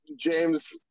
james